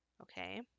Okay